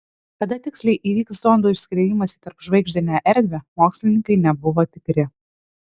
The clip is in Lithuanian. kada tiksliai įvyks zondų išskriejimas į tarpžvaigždinę erdvę mokslininkai nebuvo tikri